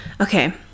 okay